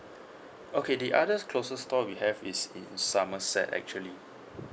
okay the other closest store we have is in somerset actually